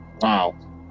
wow